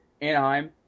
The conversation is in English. Anaheim